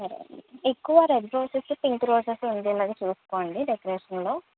సరే అండి ఎక్కువ రెడ్ రోజెస్ పింక్ రోజెస్ ఉండేలా చూసుకోండి డెకరేషన్ లో